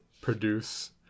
produce